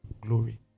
Glory